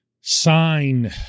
sign